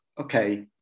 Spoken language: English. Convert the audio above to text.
okay